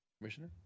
Commissioner